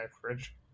fridge